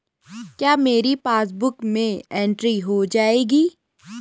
क्या मेरी पासबुक में एंट्री हो जाएगी?